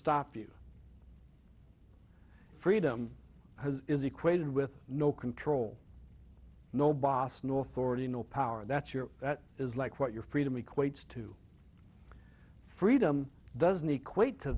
stop you freedom is equated with no control no boss north already no power that's your is like what your freedom equates to freedom doesn't equate to